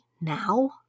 now